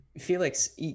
Felix